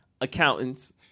Accountants